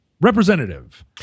representative